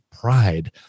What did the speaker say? pride